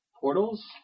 Portals